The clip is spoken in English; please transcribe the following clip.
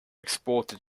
exported